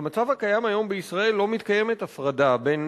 במצב הקיים היום בישראל לא מתקיימת הפרדה בין